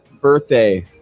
birthday